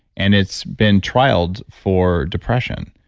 and it's been trialed for depression.